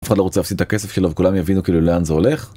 אף אחד לא רוצה להפסיד את הכסף שלו וכולם יבינו כאילו לאן זה הולך.